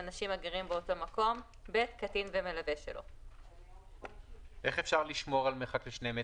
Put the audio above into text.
פעם היינו הולכים 14. ברגע שצמצמנו את זה זה הרבה יותר מצומצם.